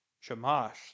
Shamash